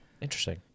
Interesting